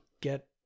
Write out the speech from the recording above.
get